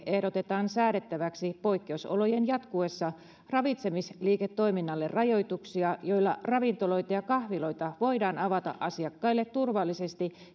ehdotetaan säädettäväksi poikkeusolojen jatkuessa ravitsemisliiketoiminnalle rajoituksia joilla ravintoloita ja kahviloita voidaan avata asiakkaille turvallisesti